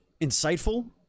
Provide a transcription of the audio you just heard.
insightful